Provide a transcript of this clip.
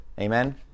Amen